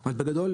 אבל בגדול,